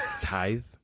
Tithe